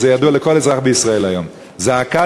וזה ידוע לכל אזרח בישראל היום: זעקת